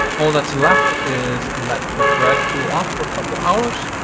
all that's left is let the bread cool off for a couple hours,